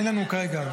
אין לנו כרגע --- כן,